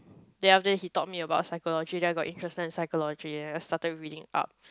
then after that he taught me about psychology then I got interested in psychology and I started reading up